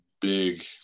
big